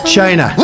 China